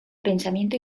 pensamiento